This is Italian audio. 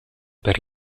per